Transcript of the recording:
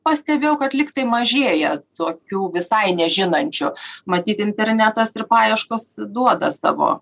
pastebėjau kad lygtai mažėja tokių visai nežinančių matyt internetas ir paieškos duoda savo